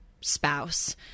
spouse